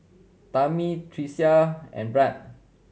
Tammi Tricia and Brandt